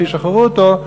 שישחררו אותו,